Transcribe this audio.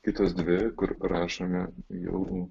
kitos dvi kur rašome jau